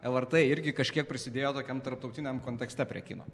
lrt irgi kažkiek prisidėjo tokiam tarptautiniam kontekste prie kino